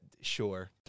Sure